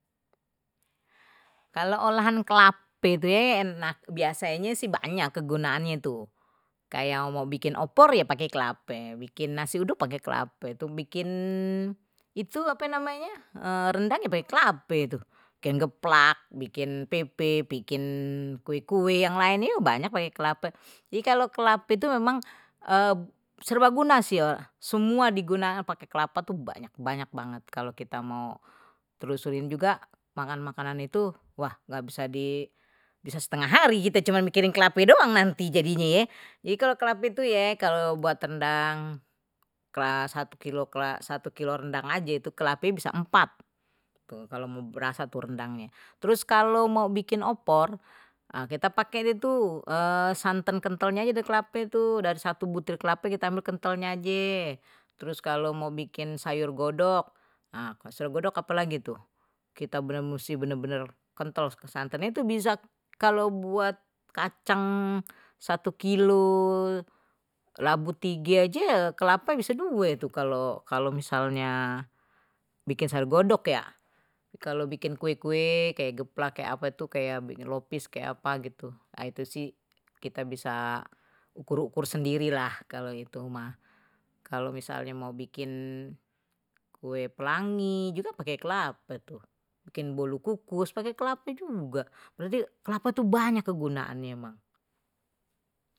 Kalau olahan kelape biasanye sih banyak kegunaannya itu kayak mau bikin opor ya pakai kelapa bikin nasi uduk pakai kelape itu bikin itu apa namanya rendang pake kelape, bikin geplak, bikin pepe, bikin kue-kue yang lain banyak pakai kelape, jadi kalau kelapa itu memang serbaguna ya semua digunakan pakai kelapa, tuh banyak banget kalau kita mau telusuri juga makan makanan itu, wah ga bisa, bisa setengah hari kite cuma mikirin kelape doang nanti jadinye ye, ye kalo kelapa itu kalau buat rendang kelas satu kilo satu kilo rendang aja itu ke kelapenye bisa empat tuh kalo mau berasa rendangnye, terus kalau mau bikin opor kita pakai itu santan kentalnya aja itu dari satu butir kelapa kita ambil kentalnya aja terus kalau mau bikin dari satu butir kelapa kita ambil kentalnya aja terus kalau mau bikin sayur godog apa lagi itu, sayur godog apalagi tu, kita mesti bener bener kentel santennye bisa, bisa kalau buat kacang satu kilo, labu tiga aje. kelapa bisa due tuh ye kalo misalnye bikin sayur godog ya, kalo bikin kue kue kayak geplak kayak apa tu, kayak lopis, kita bisa ukur ukur sendiri lah, kalo itu mah, kalo misalnye mau bikin kue pelangi juga pake kelapa tuh, bikin bolu kukus pake kelapa juga, berarti kelapa banyak kegunaannye emang.